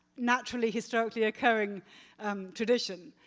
naturally historically occurring tradition.